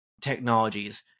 technologies